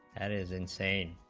and is insane